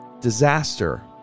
disaster